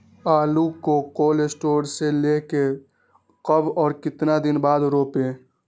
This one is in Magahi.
आलु को कोल शटोर से ले के कब और कितना दिन बाद रोपे?